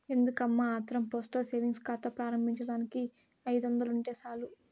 ఎందుకమ్మా ఆత్రం postal savings కాతా ప్రారంబించేదానికి ఐదొందలుంటే సాలు